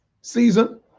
season